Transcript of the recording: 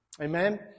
Amen